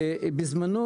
בזמנו,